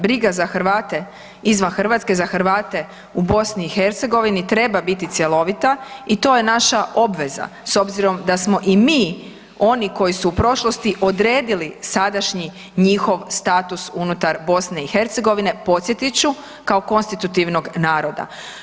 Briga za Hrvate izvan RH i za Hrvate u BiH treba biti cjelovita i to je naša obveza s obzirom da smo i mi oni koji su u prošlosti odredili sadašnji njihov status unutar BiH, podsjetit ću, kao konstitutivnog naroda.